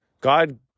God